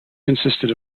consisted